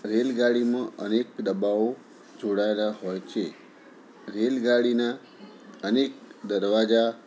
રેલગાડીમાં અનેક ડબ્બાઓ જોડાયેલા હોય છે રેલગાડીના અનેક દરવાજા